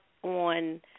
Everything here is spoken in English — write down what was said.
on